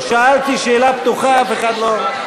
שאלתי שאלה פתוחה, אף אחד לא,